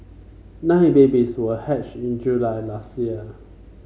nine babies were hatched in July last year